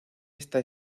esta